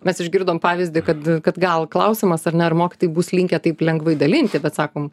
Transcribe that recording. mes išgirdom pavyzdį kad kad gal klausimas ar ne ar mokytojai bus linkę taip lengvai dalinti bet sakom